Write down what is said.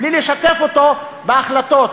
בלי לשתף אותו בהחלטות.